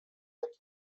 jak